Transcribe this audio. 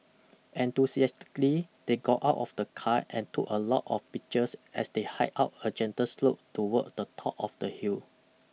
enthusiastically they got out of the car and took a lot of pictures as they hiked up a gentle slope toward the top of the hill